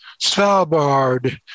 Svalbard